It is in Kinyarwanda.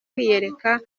kwiyereka